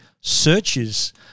searches